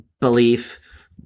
belief